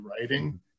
writing